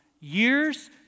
years